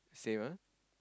same ah